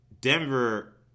Denver